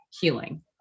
healing